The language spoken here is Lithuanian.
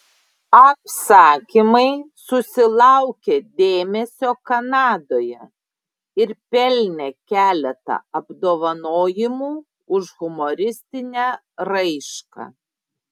apsakymai susilaukė dėmesio kanadoje ir pelnė keletą apdovanojimų už humoristinę raišką